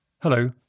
Hello